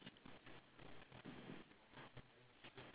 I think that's the difference ah so we got nine